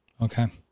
Okay